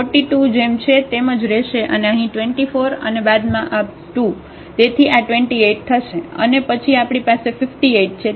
આ 42 જેમ છે તેમ જ રહેશે અને અહીં 24 અને બાદમાં આ 2 તેથી આ 28 થશે અને પછી આપણી પાસે 58 છે